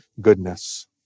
goodness